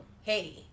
hey